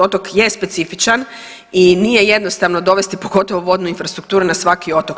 Otok je specifičan i nije jednostavno dovesti pogotovo vodnu infrastrukturu na svaki otok.